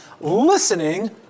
listening